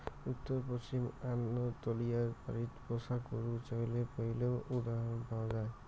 উত্তর পশ্চিম আনাতোলিয়ায় বাড়িত পোষা গরু চইলের পৈলা উদাহরণ পাওয়া যায়